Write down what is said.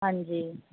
ਹਾਂਜੀ